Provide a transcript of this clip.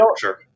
Sure